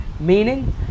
meaning